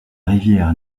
rivière